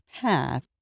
path